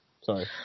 Sorry